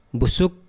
busuk